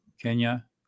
kenya